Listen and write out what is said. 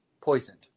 poisoned